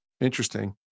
Interesting